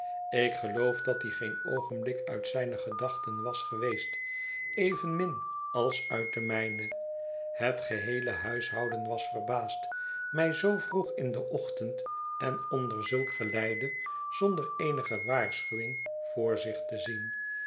ik geloof dat die geen oogenblik uit zijne gedachten was geweest evenmin als uit de mijne het geheele huishouden was verbaasd mij zoo vroeg in den ochtend en onder zulk geleide zonder eenige waarschuwing voor zich te zien